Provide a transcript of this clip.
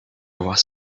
was